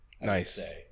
Nice